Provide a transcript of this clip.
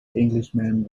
englishman